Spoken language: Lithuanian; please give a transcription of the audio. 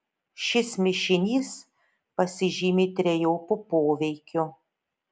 šis mišinys pasižymi trejopu poveikiu